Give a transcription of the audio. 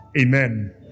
Amen